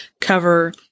cover